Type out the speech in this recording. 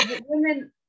women